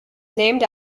named